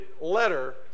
letter